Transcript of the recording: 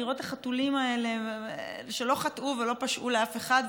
לראות את החתולים האלה שלא חטאו ולא פשעו לאף אחד,